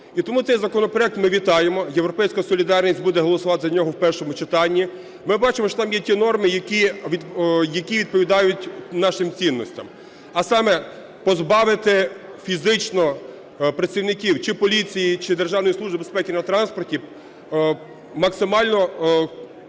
І тому цей законопроект ми вітаємо. "Європейська солідарність" буде голосувати за нього в першому читанні. Ми бачимо, що там є ті норми, які відповідають нашим цінностям, а саме: позбавити фізично працівників чи поліції, чи Державної служби з безпеки на транспорті максимально